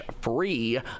free